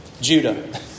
Judah